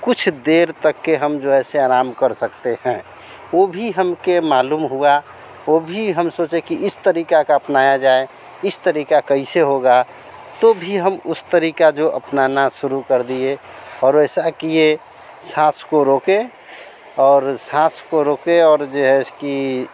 कुछ देर तक के हम जो ऐसे आराम कर सकते हैं वो भी हम को मालूम हुआ वो भी हम सोचे कि इस तरीक़े का अपनाया जाए इस तरीक़े कैसे होगा तो भी हम उस तरीक़े जो अपनाना शुरू कर दिए और वैसा किए साँस को रोकें और साँस को रोके और जो है उसकी